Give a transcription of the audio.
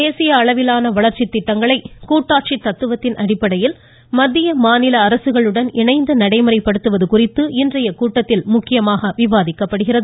தேசிய அளவிலான வளர்ச்சி திட்டங்களை கூட்டாட்சி தத்துவத்தின் அடிப்படையில் மத்திய மாநில அரசுகளுடன் இணைந்து நடைமுறைப்படுத்துவது குறித்து இன்றைய கூட்டத்தில் முக்கியமாக விவாதிக்கப்படுகிறது